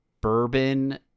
bourbon